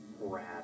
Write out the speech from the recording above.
Rad